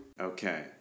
Okay